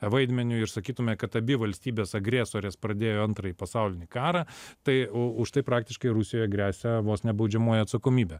vaidmeniui ir sakytume kad abi valstybės agresorės pradėjo antrąjį pasaulinį karą tai už tai praktiškai rusijoje gresia vos ne baudžiamoji atsakomybė